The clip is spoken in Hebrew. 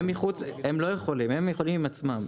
הם לא יכולים הם יכולים עם עצמם.